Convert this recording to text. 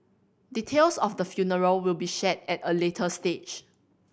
details of the funeral will be shared at a later stage